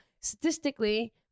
statistically